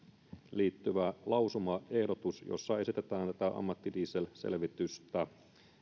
liittyvä lausumaehdotus jossa esitetään tätä ammattidieselselvitystä